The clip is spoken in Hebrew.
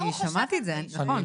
אני שמעתי את זה, נכון.